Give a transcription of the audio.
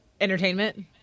entertainment